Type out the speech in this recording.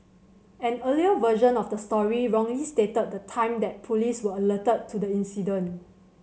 an earlier version of the story wrongly stated the time that police were alerted to the incident